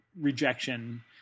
rejection